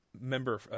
member